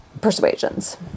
persuasions